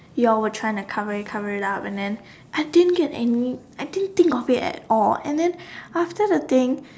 you all were trying to cover cover it up and then I didn't get any I didn't think of it at all and then after the thing